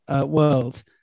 world